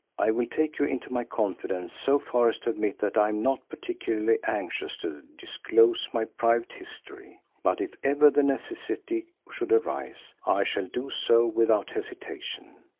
i will take you into my confidence so far as to admit that i am not particularly anxious to disclose my private history, but if ever the necessity should arise i shall do so without hesitation.